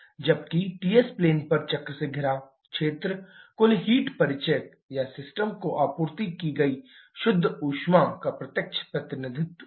जबकि Ts plane पर चक्र से घिरा क्षेत्र कुल हीट परिचय या सिस्टम को आपूर्ति की गई शुद्ध ऊष्मा का प्रत्यक्ष प्रतिनिधित्व है